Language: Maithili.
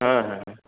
हॅं हॅं